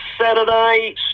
Saturday